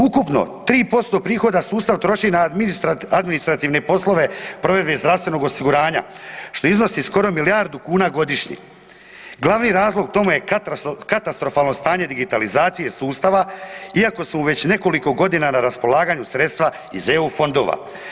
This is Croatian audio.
Ukupno 3% prihoda sustav troši na administrativne poslove, provjere zdravstvenog osiguranja što iznosi skoro milijardu kuna godišnje, glavni razlog tome je katastrofalno stanje digitalizacije sustava iako su već nekoliko godina na raspolaganju sredstva iz EU fondova.